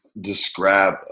Describe